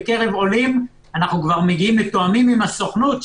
בקרב עולים אנחנו מתואמים עם הסוכנות.